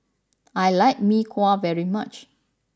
I like Mee Kuah very much